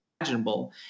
imaginable